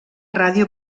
ràdio